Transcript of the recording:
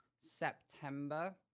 september